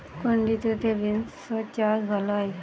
কোন ঋতুতে বিন্স চাষ ভালো হয়?